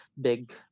big